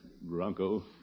Bronco